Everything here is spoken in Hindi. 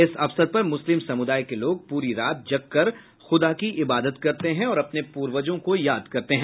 इस अवसर पर मुस्लिम समुदाय के लोग पूरी रात जागकर खुदा की इबादत करते हैं और अपने पूर्वजों को याद करते हैं